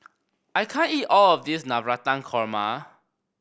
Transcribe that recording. I can't eat all of this Navratan Korma